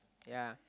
ya